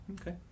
Okay